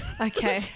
Okay